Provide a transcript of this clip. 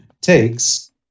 takes